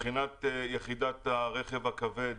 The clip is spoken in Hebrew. מבחינת יחידת הרכב הכבד,